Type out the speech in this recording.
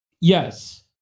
Yes